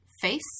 face